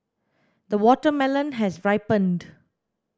the watermelon has ripened